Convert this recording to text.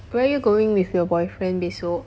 where are you going with your boyfriend besok